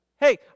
Hey